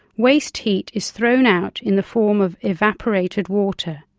waste heat is thrown out in the form of evaporated water.